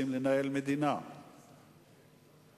על ציבור האזרחים, יש גם מי ששומר